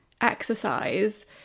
exercise